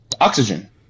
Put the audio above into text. oxygen